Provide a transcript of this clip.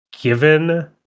given